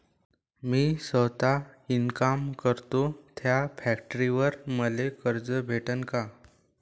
मी सौता इनकाम करतो थ्या फॅक्टरीवर मले कर्ज भेटन का?